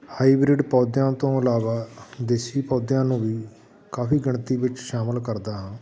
hybrid ਪੌਦਿਆਂ ਤੋਂ ਇਲਾਵਾ ਦੇਸੀ ਪੌਦਿਆਂ ਨੂੰ ਵੀ ਕਾਫ਼ੀ ਗਿਣਤੀ ਵਿੱਚ ਸ਼ਾਮਿਲ ਕਰਦਾ ਹਾਂ